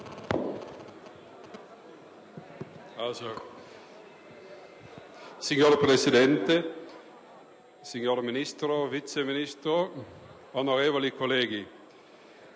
Signor Presidente, signor Ministro, signor Vice Ministro, onorevoli colleghi,